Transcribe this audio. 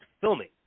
filming